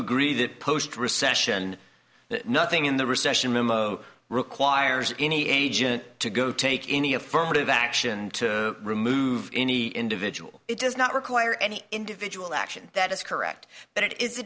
agree that post recession nothing in the recession memo requires any agent to go take any affirmative action to remove any individual it does not require any individual action that is correct but it is a